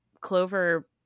Clover